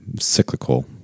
cyclical